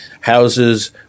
houses